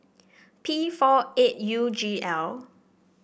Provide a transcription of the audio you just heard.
P four eight U G L